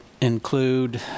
include